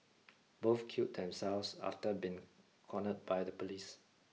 both killed themselves after been cornered by the police